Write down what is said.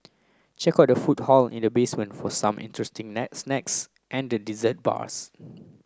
check out the food hall in the basement for some interesting necks snacks and the dessert bars